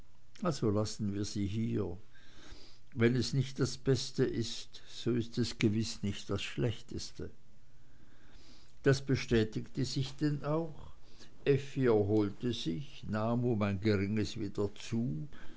also lassen wir sie hier wenn es nicht das beste ist so ist es gewiß nicht das schlechteste das bestätigte sich denn auch effi erholte sich nahm um ein geringes wieder zu